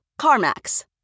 CarMax